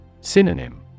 Synonym